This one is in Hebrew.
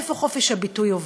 איפה חופש הביטוי עובר.